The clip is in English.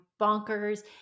bonkers